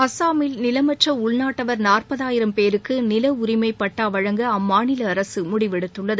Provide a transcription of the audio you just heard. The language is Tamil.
அஸ்ஸாமில் நிலமற்ற உள்நாட்டவர் நூற்பதாயிரம் பேருக்கு நில உரிமை பட்டா வழங்க அம்மாநில அரசு முடிவெடுத்துள்ளது